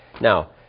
Now